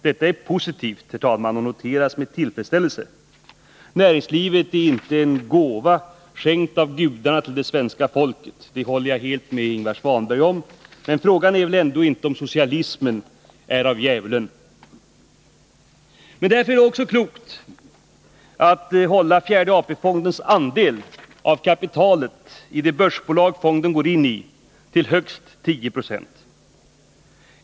Detta är positivt, herr talman, och noteras med tillfredsställelse. Näringslivet är inte en gåva, skänkt av gudarna till det svenska folket, och det håller jag helt med Ingvar Svanberg om. Men frågan är väl ändå om inte socialismen är av djävulen. Därför är det också klokt att låta fjärde AP-fondens andel av kapitalet i de börsbolag den går in i uppgå till högst 10 96.